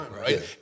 right